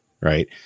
Right